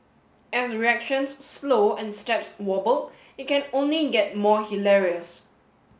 as reactions slow and steps wobble it can only get more hilarious